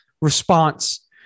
response